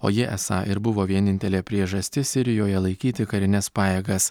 o ji esą ir buvo vienintelė priežastis sirijoje laikyti karines pajėgas